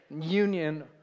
union